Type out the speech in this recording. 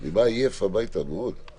אני בא עייף מאוד הביתה -- יעקב,